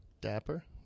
Dapper